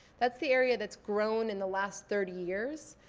that's the area that's grown in the last thirty years.